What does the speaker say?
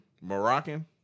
Moroccan